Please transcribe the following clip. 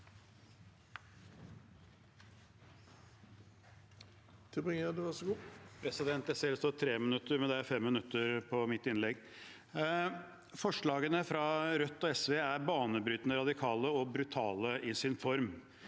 for saken): Jeg ser det står 3 minutter, men det er 5 minutter på mitt innlegg. Forslagene fra Rødt og SV er banebrytende radikale og brutale i sin form.